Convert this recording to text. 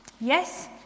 yes